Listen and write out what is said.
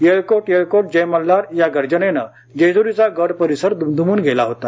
येळकोट येळकोट जय मल्हार या गर्जनेनं जेजूरीचा गड परिसर दुमदुमून गेला होता